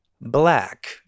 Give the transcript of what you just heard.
black